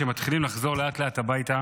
כשהם מתחילים לחזור לאט-לאט הביתה